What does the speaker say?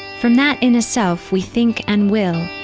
from that inner self we think and will,